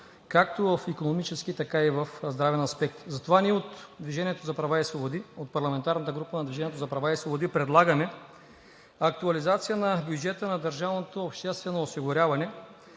както в икономически, така и в здравен аспект. Затова ние от парламентарната група на „Движение за права и свободи“ предлагаме актуализация на бюджета на държавното обществено осигуряване.